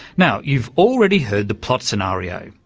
now, you've already heard the plot scenario,